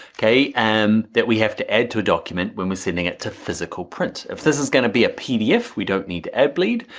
okay? and that we have to add to a document when we're sending it to physical print. if this is gonna be a pdf, we don't need to add bleed,